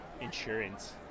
insurance